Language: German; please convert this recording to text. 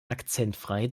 akzentfrei